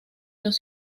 los